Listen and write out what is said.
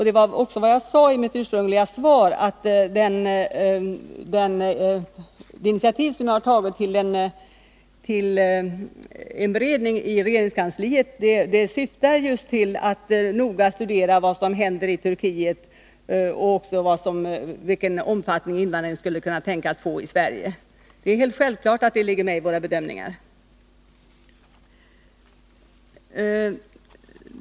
Det var också vad jag sade i mitt ursprungliga svar. Det initiativ som jag tagit till en beredning i regeringskansliet syftar just till att noga studera vad som händer i Turkiet och också vilken omfattning invandringen till Sverige skulle kunna tänkas få. Det är självklart att det ligger med i våra bedömningar.